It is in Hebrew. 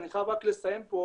אני חייב רק לסיים פה,